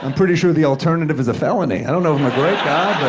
um pretty sure the alternative is a felony. i don't know if i'm a great